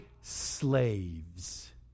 slaves